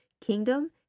kingdom